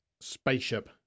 spaceship